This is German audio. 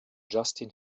justin